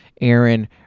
Aaron